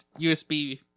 USB